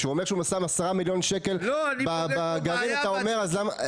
כשהוא אומר שהוא שם 10 מיליון שקלים בגרעין אז אתה אומר אז למה.